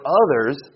others